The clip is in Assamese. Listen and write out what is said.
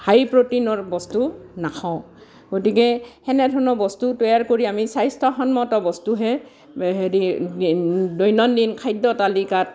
হাই প্ৰটিনৰ বস্তু নাখাওঁ গতিকে হেনে ধৰণৰ বস্তু তৈয়াৰ কৰি আমি স্বাস্থ্যসন্মত বস্তুহে হেৰি দৈনন্দিন খাদ্য তালিকাত